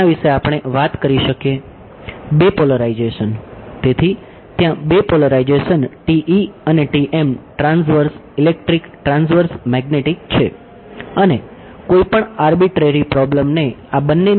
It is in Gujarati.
વિદ્યાર્થી